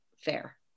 fair